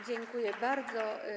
Dziękuję bardzo.